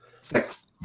Six